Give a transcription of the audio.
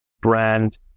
brand